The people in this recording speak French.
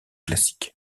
classique